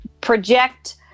project